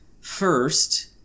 First